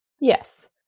Yes